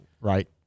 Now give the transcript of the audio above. right